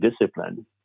discipline